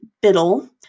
Biddle